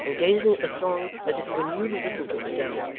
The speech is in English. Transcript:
and gazing at the throng as if he were newly risen from the dead,